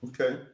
Okay